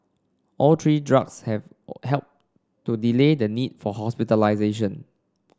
all three drugs have helped to delay the need for hospitalisation